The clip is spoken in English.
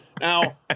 Now